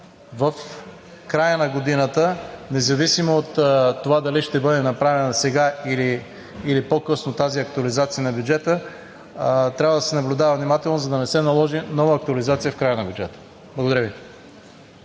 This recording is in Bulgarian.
в края на годината, независимо от това дали ще бъде направена сега или по-късно тази актуализация на бюджета трябва да се наблюдава внимателно, за да не се наложи нова актуализация в края на бюджета. Благодаря Ви.